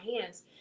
hands